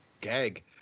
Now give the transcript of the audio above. gag